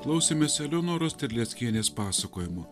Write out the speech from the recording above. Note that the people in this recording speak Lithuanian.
klausėmės eleonoros terleckienės pasakojimo